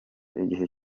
igihe